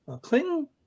Clinton